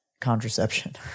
contraception